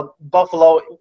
Buffalo